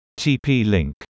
TP-Link